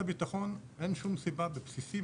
מערכת הביטחון אין שום סיבה בבסיסים,